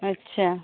अच्छा